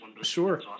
Sure